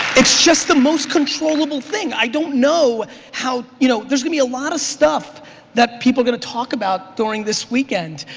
it's just the most controllable thing. i don't know how, you know there's gonna be a lot of stuff that people are gonna talk about during this weekend.